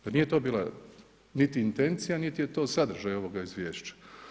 Pa nije to bili niti intencija niti je to sadržaj ovoga izvješća.